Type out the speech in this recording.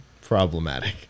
problematic